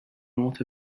north